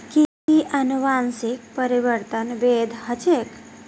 कि अनुवंशिक परिवर्तन वैध ह छेक